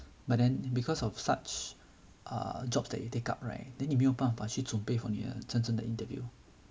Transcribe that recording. but then because of such err jobs that you take up right then 你没有办法去准备 for 你的真正的 interview